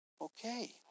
okay